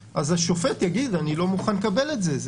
השופט יאמר: אני לא מוכן לקבל את זה.